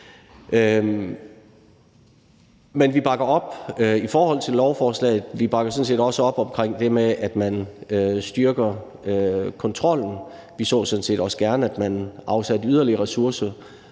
Men vi bakker op om lovforslaget, og vi bakker sådan set også op om det med, at man styrker kontrollen. Vi så sådan set også gerne, at man afsatte yderligere ressourcer